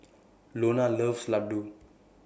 Iona loves Ladoo